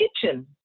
kitchen